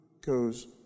goes